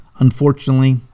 Unfortunately